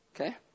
okay